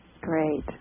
Great